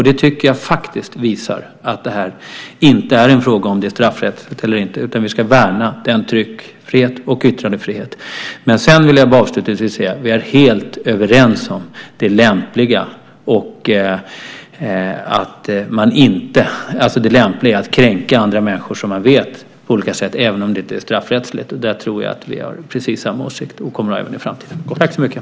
Det visar att det inte är en fråga om det är straffrättsligt förbjudet eller inte. Vi ska värna den tryckfrihet och yttrandefrihet vi har. Jag vill avslutningsvis säga att vi är helt överens om det lämpliga i att inte kränka andra människor på olika sätt även om det inte är straffrättsligt förbjudet. Där tror jag att vi har precis samma åsikt och kommer att ha även i framtiden.